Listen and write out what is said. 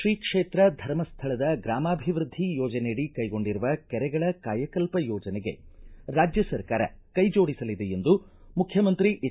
ಶ್ರೀಕ್ಷೇತ್ರ ಧರ್ಮಸ್ಥಳದ ಗ್ರಮಾಭಿವೃದ್ಧಿ ಯೋಜನೆಯಡಿ ಕೈಗೊಂಡಿರುವ ಕೆರೆಗಳ ಕಾಯಕಲ್ಪ ಯೋಜನೆಗೆ ರಾಜ್ಯ ಸರ್ಕಾರ ಕೈ ಜೋಡಿಸಲಿದೆ ಎಂದು ಮುಖ್ಯಮಂತ್ರಿ ಎಚ್